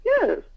yes